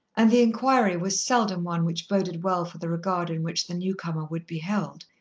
and the inquiry was seldom one which boded well for the regard in which the newcomer would be held.